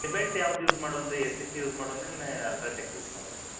cement ಯಾವ್ದು use ಮಾಡೋಣ್ರಿ A C C use ಮಾಡೋಣೆನ ಅಲ್ಟ್ರಾಟೆಕ್ ಯೂಸ್ ಮಾಡೂಣ್ ರೀ